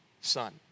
son